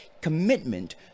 commitment